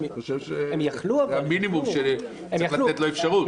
אני חושב שזה המינימום, שצריך לתת לו אפשרות.